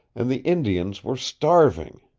and the indians were starving.